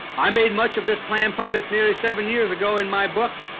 i made much of this plan public nearly seven years ago in my book,